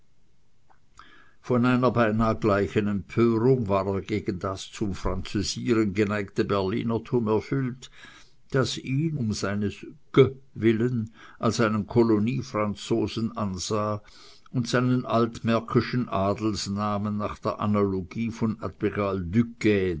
von einer beinah gleichen empörung war er gegen das zum französieren geneigte berlinertum erfüllt das ihn um seines qu willen als einen koloniefranzosen ansah und seinen altmärkischen adelsnamen nach der analogie von